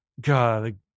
God